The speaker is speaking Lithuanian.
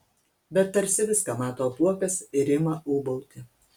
bet tarsi viską mato apuokas ir ima ūbauti